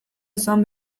izan